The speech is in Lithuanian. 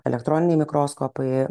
elektroniniai mikroskopai